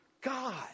God